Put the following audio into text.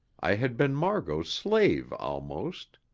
i had been margot's slave almost.